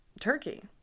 turkey